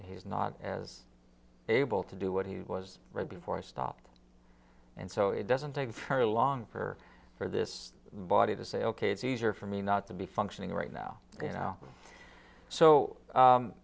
he's not as able to do what he was right before i stopped and so it doesn't take her long for for this body to say ok it's easier for me not to be functioning right now you know so